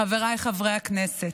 חבריי חברי הכנסת,